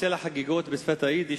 בצל החגיגות לשפת היידיש,